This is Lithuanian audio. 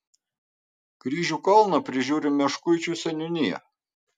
kryžių kalną prižiūri meškuičių seniūnija